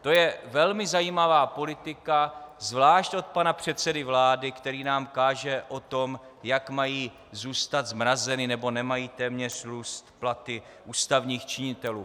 To je velmi zajímavá politika, zvláště od pana předsedy vlády, který nám káže o tom, jak mají zůstat zmrazeny, nebo nemají téměř růst platy ústavních činitelů.